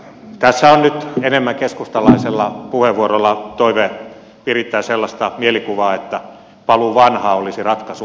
tässä on nyt enemmän keskustalaisessa puheenvuorossa toive virittää sellaista mielikuvaa että paluu vanhaan olisi ratkaisu uusien ongelmien käsittelyssä